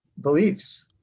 beliefs